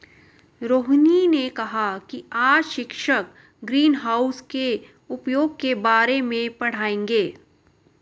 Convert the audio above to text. रोहिनी ने कहा कि आज शिक्षक ग्रीनहाउस के उपयोग के बारे में पढ़ाएंगे